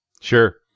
Sure